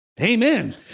Amen